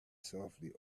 softly